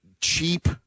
cheap